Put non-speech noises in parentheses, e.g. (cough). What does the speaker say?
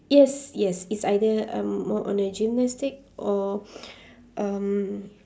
yes yes it's either um work on the gymnastic or (breath) um